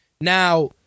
Now